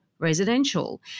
residential